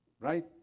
Right